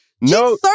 No